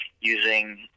using